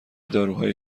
داروهای